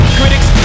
critics